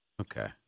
Okay